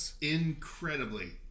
incredibly